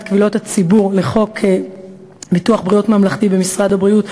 קבילות הציבור לחוק ביטוח בריאות ממלכתי במשרד הבריאות,